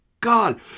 God